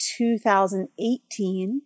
2018